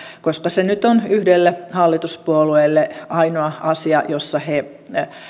koska se nyt on yhdelle hallituspuolueelle ainoa asia jossa he